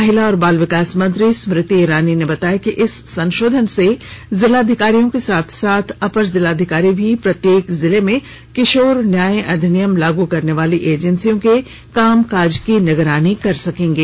महिला और बाल विकास मंत्री स्मृति ईरानी ने बताया कि इस संशोधन से जिलाधिकारियों के साथ साथ अपर जिलाधिकारी भी प्रत्येक जिले में किशोर न्याय अधिनियम लागू करने वाली एजेंसियों के कामकाज की निगरानी कर सकेंगे